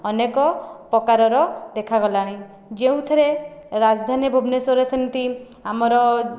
ଅନେକ ପ୍ରକାରର ଦେଖା ଗଲାଣି ଯେଉଁଥିରେ ରାଜଧାନୀ ଭୁବନେଶ୍ୱର ସେମିତି ଆମର